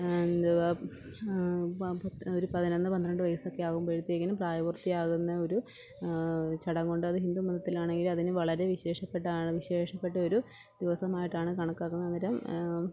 എന്താ ഒരു പതിനൊന്ന് പന്ത്രണ്ട് വയസ്സൊക്കെ ആവുമ്പോഴത്തേക്കും പ്രായപൂർത്തിയാകുന്ന ഒരു ചടങ്ങുണ്ട് അത് ഹിന്ദുമതത്തിൽ ആണെങ്കിൽ അതിന് വളരെ വിശേഷപ്പെട്ടതാണ് വിശേഷപ്പെട്ട ഒരു ദിവസമായിട്ടാണ് കണക്കാക്കുന്നത് അന്നേരം